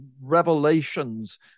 revelations